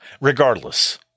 Regardless